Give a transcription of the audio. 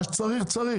מה שצריך, צריך.